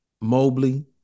Mobley